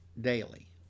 daily